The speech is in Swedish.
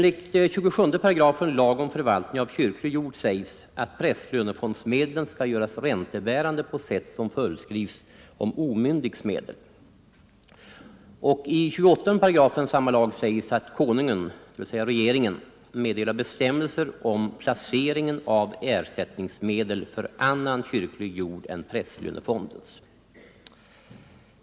I 27 § lagen om förvaltning av kyrklig jord sägs att prästlönefondsmedlen skall göras räntebärande på sätt som föreskrivs om omyndigs medel. I 28 § samma lag sägs att Konungen, dvs. regeringen, meddelar bestämmelser om placeringen av ersättningsmedel för annan kyrklig jord än prästlönefondens.